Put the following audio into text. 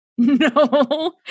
No